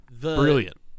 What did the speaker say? Brilliant